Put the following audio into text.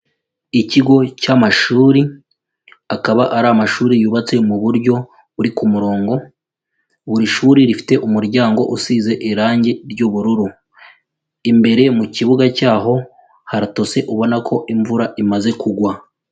Ikigo cy'amashuri, akaba ari amashuri yubatse mu buryo buri ku murongo, buri shuri rifite umuryango usize irangi ry'ubururu, imbere mu kibuga cyaho haratose ubona ko imvura imaze kugwa.